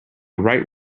write